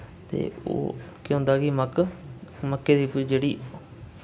ते ओह् केह् होंदा कि मक्क मक्कें दी जेह्ड़ी